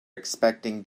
expecting